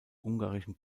ungarischen